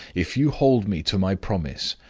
if you hold me to my promise,